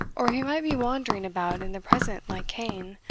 or he might be wandering about in the present like cain,